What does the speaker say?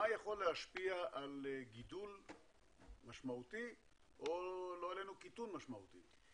מה יכול להשפיע על גידול משמעותי או לא עלינו קיטון משמעותי?